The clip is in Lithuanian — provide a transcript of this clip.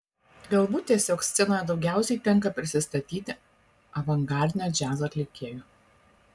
galbūt tiesiog scenoje daugiausiai tenka prisistatyti avangardinio džiazo atlikėju